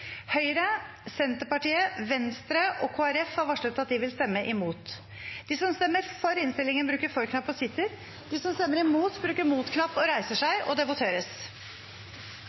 Høyre, Senterpartiet, Venstre og Kristelig Folkeparti har varslet at de vil stemme imot. Denne voteringen omhandler assistert befruktning for enslige. Det voteres